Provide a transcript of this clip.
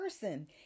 person